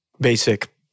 basic